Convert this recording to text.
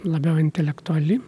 labiau intelektuali